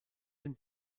den